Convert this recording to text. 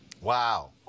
Wow